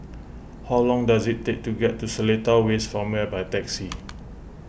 how long does it take to get to Seletar West Farmway by taxi